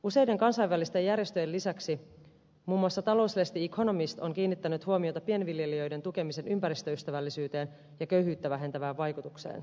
useiden kansainvälisten järjestöjen lisäksi muun muassa talouslehti economist on kiinnittänyt huomiota pienviljelijöiden tukemisen ympäristöystävällisyyteen ja köyhyyttä vähentävään vaikutukseen